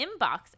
inbox